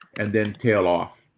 and then tail off.